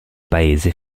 paese